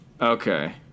Okay